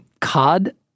cod